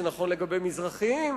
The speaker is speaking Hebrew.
זה נכון לגבי מזרחיים,